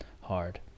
hard